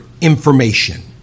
information